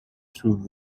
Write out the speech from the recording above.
through